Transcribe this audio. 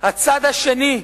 הצד השני,